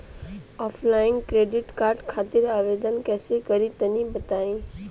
Offline credit card खातिर आवेदन कइसे करि तनि बताई?